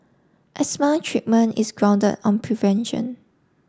asthma treatment is grounded on prevention